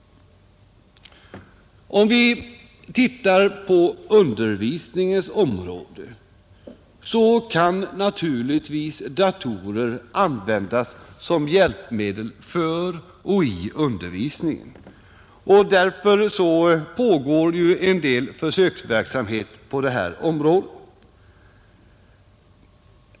Datorer kan naturligtvis användas som hjälpmedel för och i undervisningen, och därför pågår en del försöksverksamhet på det området.